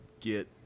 get